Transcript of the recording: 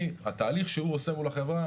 התהליך שהוא עושה מול החברה,